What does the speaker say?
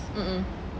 mmhmm